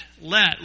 let